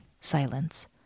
silence